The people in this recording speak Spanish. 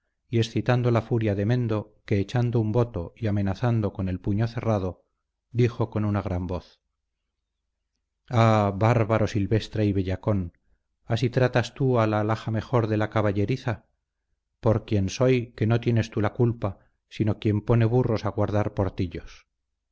y excitando la furia de mendo que echando un voto y amenazando con el puño cerrado dijo con una gran voz ah bárbaro silvestre y bellacón así tratas tú a la alhaja mejor de la caballeriza por quien soy que no tienes tú la culpa sino quien pone burros a guardar portillos